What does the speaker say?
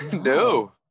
No